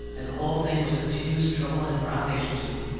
and the hull thing was a continuous trouble and privation to em.